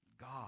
God